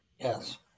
Yes